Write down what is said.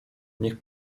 niech